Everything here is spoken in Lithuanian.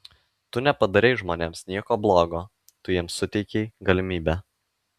tu nepadarei žmonėms nieko blogo tu jiems suteikei galimybę